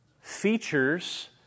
features